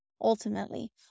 ultimately